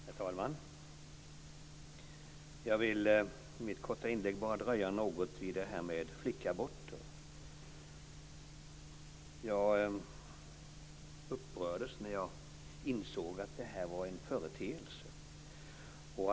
Herr talman! Jag vill i mitt korta inlägg bara dröja något vid frågan om flickaborter. Jag upprördes när jag insåg att sådant här förekommer.